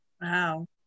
Wow